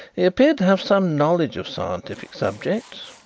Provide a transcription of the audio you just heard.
he appears to have some knowledge of scientific subjects.